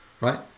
right